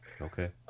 Okay